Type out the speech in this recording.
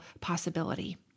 possibility